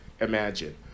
Imagine